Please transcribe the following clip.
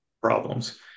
problems